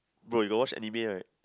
bro you got watch anime right